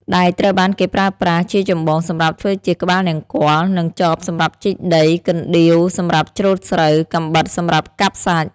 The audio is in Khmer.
ដែកត្រូវបានគេប្រើប្រាស់ជាចម្បងសម្រាប់ធ្វើជាក្បាលនង្គ័ល និង ចបសម្រាប់ជីកដី កណ្ដៀវសម្រាប់ច្រូតស្រូវ កាំបិតសម្រាប់កាប់សាច់។